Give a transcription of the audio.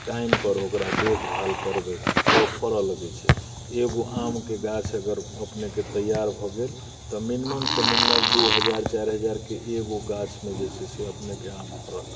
टाइमपर ओकरा देखभाल करबै तऽ ओ फड़य लगैत छै एगो आमके गाछ अगर अपनेके तैयार भऽ गेल तऽ निम्मनसँ निम्मन दू हजार चारि हजारके एगो गाछमे जे छै से अपनेके आम फड़त